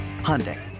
Hyundai